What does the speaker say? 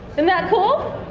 isn't that cool?